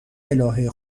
الهه